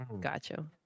gotcha